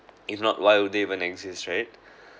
if not why would they even exist right